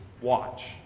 watch